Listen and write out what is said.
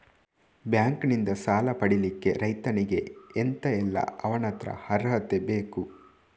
Bank ನಿಂದ ಸಾಲ ಪಡಿಲಿಕ್ಕೆ ರೈತನಿಗೆ ಎಂತ ಎಲ್ಲಾ ಅವನತ್ರ ಅರ್ಹತೆ ಬೇಕು?